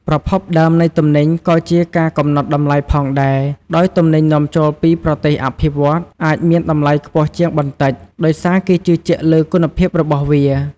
ប្រភពដើម នៃទំនិញក៏ជាការកំណត់តម្លៃផងដែរ ដោយទំនិញនាំចូលពីប្រទេសអភិវឌ្ឍន៍អាចមានតម្លៃខ្ពស់ជាងបន្តិច ដោយសារគេជឿជាក់លើគុណភាពរបស់វា។